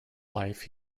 life